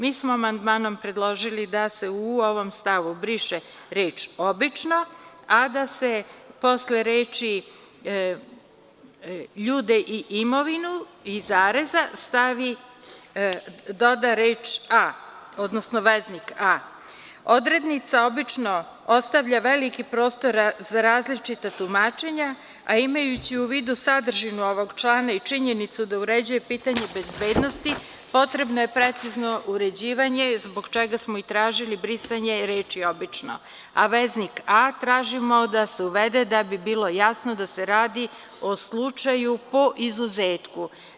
Mi smo amandmanom predložili da se u ovom stavu briše reč – obično, a da se posle reči – ljude i imovinu i zareza stavi, doda reč, odnosno veznik – a. Odrednica obično ostavlja veliki prostor za različita tumačenja, a imajući u vidu sadržinu ovog člana i činjenicu da uređuje pitanje bezbednosti potrebno je precizno uređivanje, zbog čega smo i tražili brisanje reči – obično, a veznik – a tražimo da se uvede da bi bilo jasno da se radi o slučaju, o izuzetku.